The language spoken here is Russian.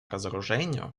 разоружению